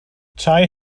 tai